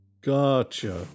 Gotcha